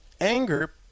anger